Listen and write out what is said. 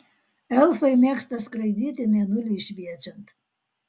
elfai mėgsta skraidyti mėnuliui šviečiant